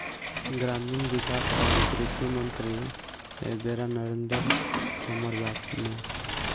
ग्रामीण विकास अउरी कृषि मंत्री एबेरा नरेंद्र तोमर बाने